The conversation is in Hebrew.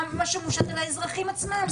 מה שמושת על האזרחים עצמם.